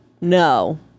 No